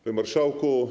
Panie Marszałku!